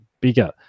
bigger